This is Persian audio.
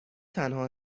تنها